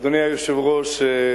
אדוני היושב-ראש,